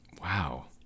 Wow